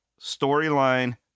storyline